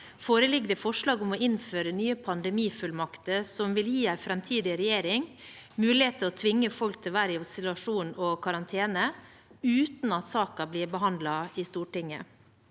foreligger det forslag om å innføre nye pandemifullmakter som vil gi en framtidig regjering mulighet til å tvinge folk til å være i isolasjon og karantene uten at saken blir behandlet i Stortinget.